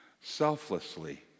selflessly